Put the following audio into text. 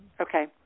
okay